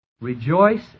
Rejoice